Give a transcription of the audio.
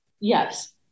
Yes